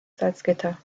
salzgitter